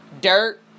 Dirt